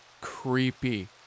creepy